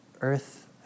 earth